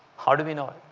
how do we know it?